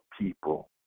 people